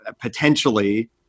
potentially